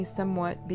somewhat